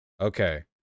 Okay